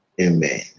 Amen